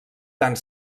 tant